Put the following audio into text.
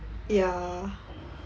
ya